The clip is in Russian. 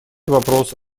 вопрос